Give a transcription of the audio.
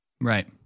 Right